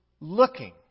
looking